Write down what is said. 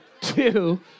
two